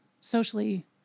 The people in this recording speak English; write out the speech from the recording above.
socially